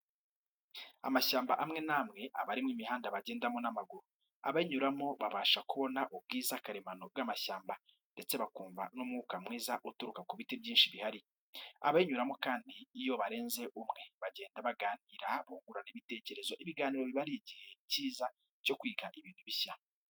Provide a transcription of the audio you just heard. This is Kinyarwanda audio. Amashyamba amwe n'amwe aba arimo imihanda bagendamo n'amaguru, abayinyuramo babasha kubona ubwiza karemano bw'amashyamba, ndetse bakumva n'umwuka mwiza uturuka ku biti byinshi bihari. Abayinyuramo kandi iyo barenze umwe, bagenda baganira bungurana ibitekerezo, ibiganiro biba ari igihe cyiza cyo kwiga ibintu bishya.